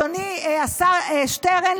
אדוני השר שטרן,